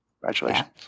Congratulations